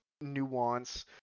nuance